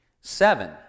Seven